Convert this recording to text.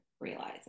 realize